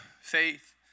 faith